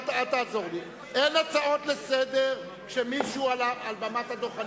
אין הצעות לסדר כשמישהו על במת הנואמים.